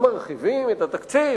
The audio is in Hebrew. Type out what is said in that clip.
אם מרחיבים את התקציב,